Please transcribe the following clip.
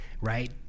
right